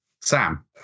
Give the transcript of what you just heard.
Sam